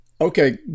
okay